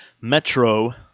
Metro